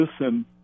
listen